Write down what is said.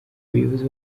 abayobozi